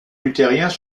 luthériens